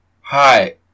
Hi